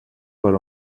per